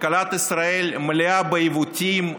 כלכלת ישראל מלאה בעיוותים,